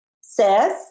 says